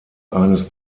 eines